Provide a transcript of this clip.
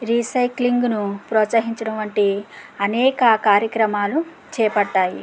రీసైక్లింగ్ను ప్రోత్సహించడం వంటి అనేక కార్యక్రమాలు చేపట్టాయి